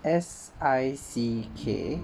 S I C K